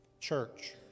Church